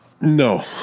No